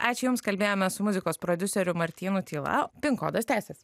ačiū jums kalbėjomės su muzikos prodiuseriu martynu tyla pink kodas tęsiasi